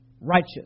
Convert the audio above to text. righteous